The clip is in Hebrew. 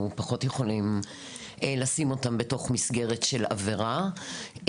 פחות יכולים לשים אותם בתוך מסגרת של עבירה.